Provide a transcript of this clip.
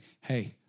hey